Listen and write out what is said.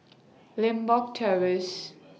Limbok Terrace